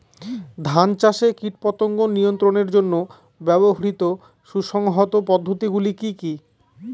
ধান চাষে কীটপতঙ্গ নিয়ন্ত্রণের জন্য ব্যবহৃত সুসংহত পদ্ধতিগুলি কি কি?